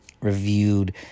reviewed